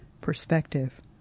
perspective